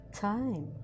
time